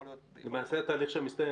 יכול להיות --- למעשה זה תהליך שמסתיים,